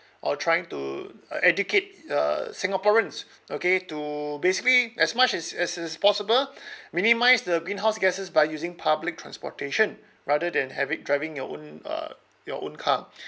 or trying to educate uh singaporeans okay to basically as much as as as possible minimise the greenhouse gases by using public transportation rather than having driving your own uh your own car